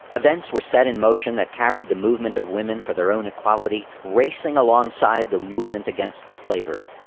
events were set in motion that carried the movement of women for their own equality racing alongside the movement against slavery.